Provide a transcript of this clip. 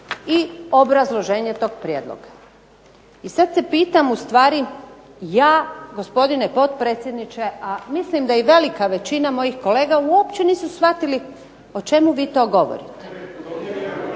i obrazloženje tog prijedloga. I sad se pitam u stvari ja gospodine potpredsjedniče, a mislim da i velika većina mojih kolega uopće nisu shvatili o čemu vi to govorite.